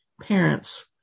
parents